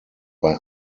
bei